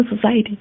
society